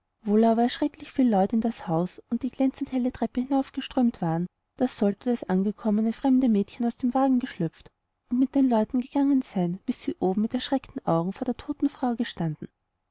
wohl aber erschrecklich viel leute in das haus und die glänzend helle treppe hinaufgeströmt waren da sollte das angekommene fremde mädchen aus dem wagen geschlüpft und mit den leuten gegangen sein bis sie oben mit erschreckten augen vor der toten frau gestanden